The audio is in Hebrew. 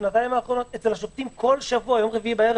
בשנתיים האחרונות אצל השופטים כל שבוע ביום רביעי בערב